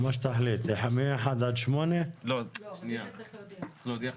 מה שתחליט בין 8-1. לא, שנייה, צריך להודיע.